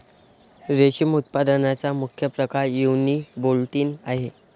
रेशम उत्पादनाचा मुख्य प्रकार युनिबोल्टिन आहे